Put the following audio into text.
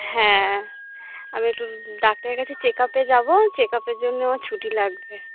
হ্যাঁ আমি একটু ডাক্তারের কাছে চেক আপে যাবো ওই চেক আপের জন্য আমার ছুটি লাগবে